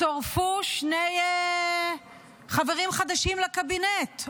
צורפו שני חברים חדשים לקבינט,